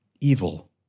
evil